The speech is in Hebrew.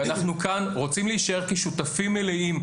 ואנחנו כאן רוצים להישאר כשותפים מלאים,